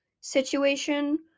situation